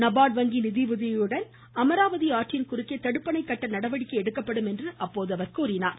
நபார்டு வங்கி நிதியுதவியுடன் அமராவதி ஆற்றின் குறுக்கே தடுப்பணை கட்ட நடவடிக்கை எடுக்கப்படும் என்றார்